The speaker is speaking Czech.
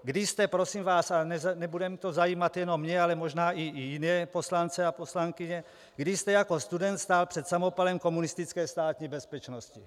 Kdy jste, prosím vás, ale nebude to zajímat jenom mě, ale možná i jiné poslance a poslankyně, kdy jste jako student stál před samopalem komunistické Státní bezpečnosti?